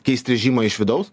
keist režimą iš vidaus